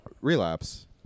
Relapse